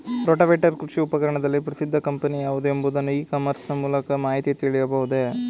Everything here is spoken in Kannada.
ರೋಟಾವೇಟರ್ ಕೃಷಿ ಉಪಕರಣದಲ್ಲಿ ಪ್ರಸಿದ್ದ ಕಂಪನಿ ಯಾವುದು ಎಂಬುದನ್ನು ಇ ಕಾಮರ್ಸ್ ನ ಮೂಲಕ ಮಾಹಿತಿ ತಿಳಿಯಬಹುದೇ?